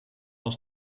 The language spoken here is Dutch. dan